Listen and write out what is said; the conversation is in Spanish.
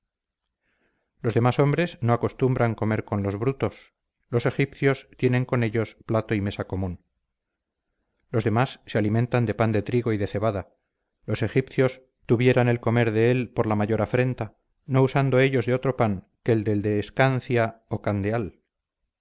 los demás hombres no acostumbran comer con los brutos los egipcios tienen con ellos plato y mesa común los demás se alimentan de pan de trigo y de cebada los egipcios tuvieran el comer de él por la mayor afrenta no usando ellos de otro pan que del de escancia o